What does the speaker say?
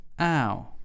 Ow